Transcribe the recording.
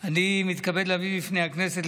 (תיקון מס' 9),